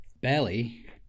Belly